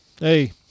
hey